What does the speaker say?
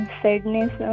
sadness